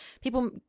people